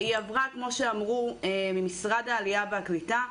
כמו שאמרו, היא עברה ממשרד העלייה והקליטה.